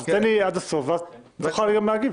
אז תן לי לדבר עד הסוף ואז תוכל גם להגיב.